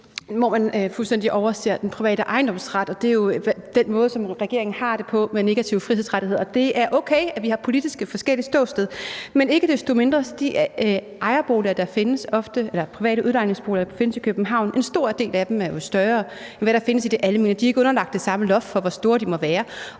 hvor man fuldstændig overser den private ejendomsret, er jo meget interessant. Det er jo den måde, som regeringen har det på med negative frihedsrettigheder, og det er okay, at vi politisk har forskellige ståsteder. Men ikke desto mindre er de private udlejningsboliger, der findes i København, ofte større, end hvad der findes i det almene byggeri. De er ikke underlagt det samme loft for, hvor store de må være,